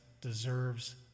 deserves